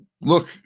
Look